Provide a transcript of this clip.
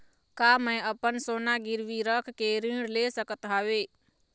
का मैं अपन सोना गिरवी रख के ऋण ले सकत हावे?